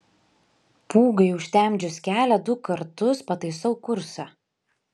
pūgai užtemdžius kelią du kartus pataisau kursą